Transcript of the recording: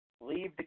leave